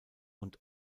und